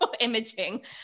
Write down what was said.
imaging